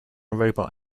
robot